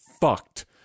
fucked